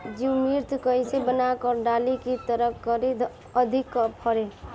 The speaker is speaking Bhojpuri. जीवमृत कईसे बनाकर डाली की तरकरी अधिक फरे?